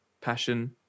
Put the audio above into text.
passion